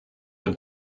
chun